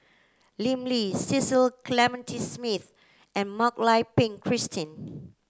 Lim Lee Cecil Clementi Smith and Mak Lai Peng Christine